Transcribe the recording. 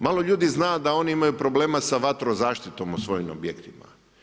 Malo ljudi zna da oni imaju problema sa vatrozaštitom u svojim objektima.